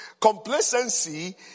Complacency